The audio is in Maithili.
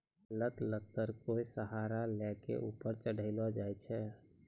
लत लत्तर कोय सहारा लै कॅ ऊपर चढ़ैलो जाय छै